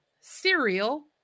cereal